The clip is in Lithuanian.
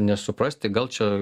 nesuprasti gal čia